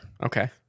Okay